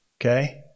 Okay